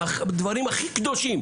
בדברים הכי קדושים,